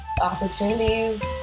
opportunities